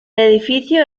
edificio